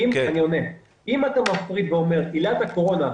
אם אתה מפריד ואומר: עילת הקורונה,